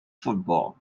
football